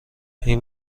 این